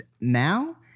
now